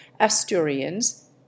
Asturians